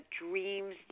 dreams